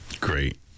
Great